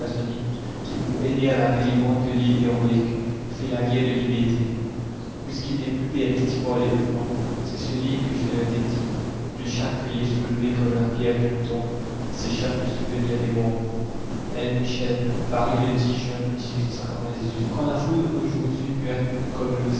qui pour aider à la délivrance de l'île héroïque fait la guerre de liberté puisqu'il n'est plus permis d'y parler hautement c'est ce livre que je leur dédie de chaque feuillet soulevé comme la pierre d'une tombe s'échappe le souvenir des mords paris le juin a ommune uand la foule aujourd'hui muette